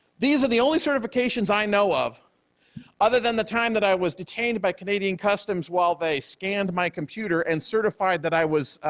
these are the only certifications i know of other than the time that i was detained by canadian customs while they scanned my computer and certified that i was